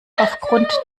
aufgrund